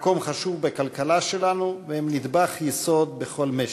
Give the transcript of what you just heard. מקום חשוב בכלכלה שלנו, והם נדבך יסודי בכל משק.